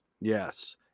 yes